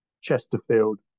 Chesterfield